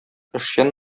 эшчән